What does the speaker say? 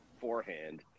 forehand